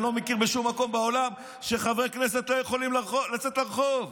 אני לא מכיר בשום מקום בעולם שחברי כנסת לא יכולים לצאת לרחוב.